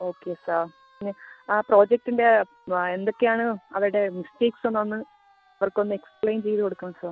okay sir പിന്നെ ആ പ്രോജക്റ്റിൻ്റെ ആ എന്തൊക്കെ ആണ് അവിടെ മിസ്റ്റേക്സ്ന്ന് ഒന്ന് അവർക്ക് ഒന്ന് എക്സ്പ്ലയിൻ ചെയ്ത് കൊടുക്കണം സാർ